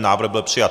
Návrh byl přijat.